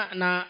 na